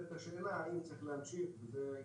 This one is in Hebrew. נשאלת השאלה האם צריך להמשיך וזה כבר